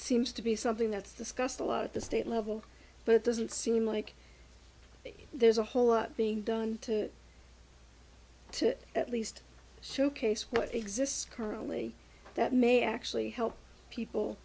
seems to be something that's the scuffs a lot of the state level but it doesn't seem like there's a whole lot being done to to at least showcase what exists currently that may actually help people